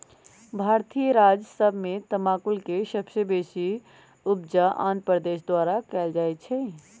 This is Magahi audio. भारतीय राज्य सभ में तमाकुल के सबसे बेशी उपजा आंध्र प्रदेश द्वारा कएल जाइ छइ